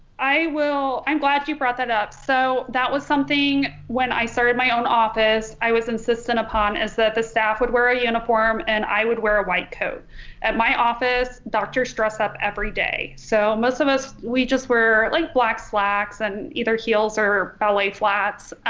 well i'm glad you brought that up so that was something when i started my own office i was insistent upon is that the staff would wear a uniform and i would wear a white coat at my office doctors dress up every day so most of us we just were like black slacks and either heels or ballet flats